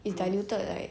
it's diluted like